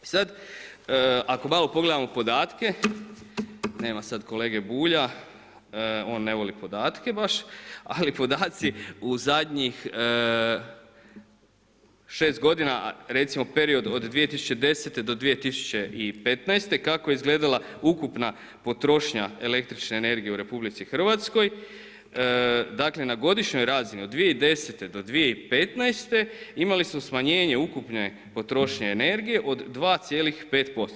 I sada ako malo pogledamo podatke, nema sada kolege Bulja, on ne voli podatke baš, ali podaci u zadnjih 6 g. recimo period od 2010.-2015. kako je izgledala ukupna potrošnja el. energije u RH dakle, na godišnjoj razini od 2010.-2015. imali su smanjenje ukupne potrošnje energije od 2,5%